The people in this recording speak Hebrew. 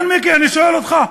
כן, מיקי, אני שואל אותך.